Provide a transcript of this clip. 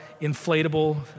inflatable